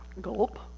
gulp